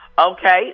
Okay